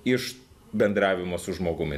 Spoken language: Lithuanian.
iš bendravimo su žmogumi